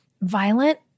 violent